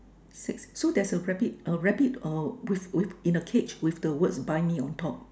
six so there's a rabbit uh rabbit uh with with in the cage with the words buy me on top